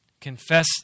Confess